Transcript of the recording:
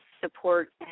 support